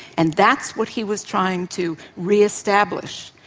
and that's what he was trying to re-establish,